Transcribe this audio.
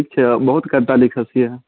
ठीक छै बहुत्त कविता लिखैत छियै